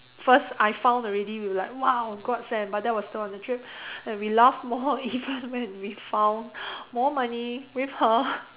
first I found already we were like !wow! god send but that was still on the trip and we laugh more even when we found more money with her